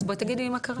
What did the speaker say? אז בואי תגידי לי מה קרה.